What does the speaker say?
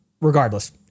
Regardless